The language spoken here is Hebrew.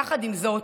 יחד עם זאת,